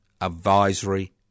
advisory